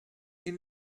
این